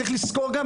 צריך לזכור גם,